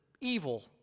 evil